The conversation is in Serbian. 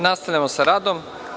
Nastavljamo sa radom.